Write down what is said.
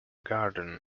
garden